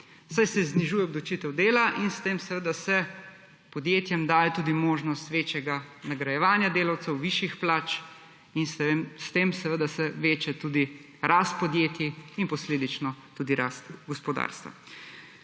saj se znižuje obdavčitev dela in s tem seveda se podjetjem daje tudi možnost večjega nagrajevanja delavcev, višjih plač in s tem se veča tudi rast podjetij in posledično tudi rast gospodarstva.